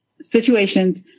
situations